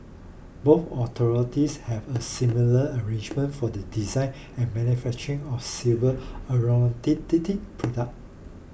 both authorities have a similar arrangement for the design and manufacturing of civil aeronautical products